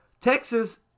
Texas